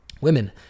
Women